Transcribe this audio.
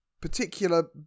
particular